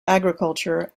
agriculture